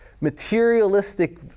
materialistic